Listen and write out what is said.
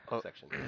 section